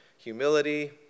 humility